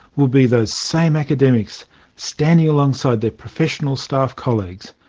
will be those same academics standing alongside their professional staff colleagues.